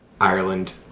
Ireland